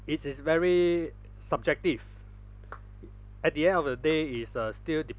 it's is very subjective at the end of the day is uh still